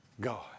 God